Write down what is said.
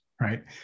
Right